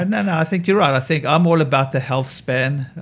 and no, no, i think you're right. i think i'm all about the health span.